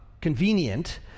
convenient